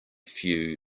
few